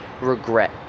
regret